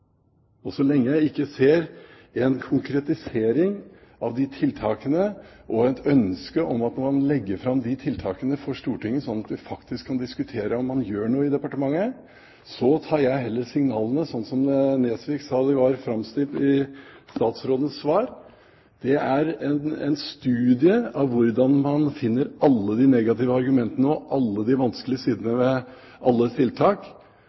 Og så lenge jeg ikke ser en konkretisering av de tiltakene og et ønske om at man legger fram de tiltakene for Stortinget, slik at vi faktisk kan diskutere om man gjør noe i departementet, så tar jeg heller signalene slik som Nesvik sa de var framstilt i statsrådens svar. Det er en studie i hvordan man finner alle de negative argumentene og alle de vanskelige sidene ved alle tiltak,